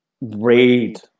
read